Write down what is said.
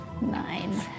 Nine